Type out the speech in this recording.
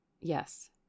Yes